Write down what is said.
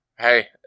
Hey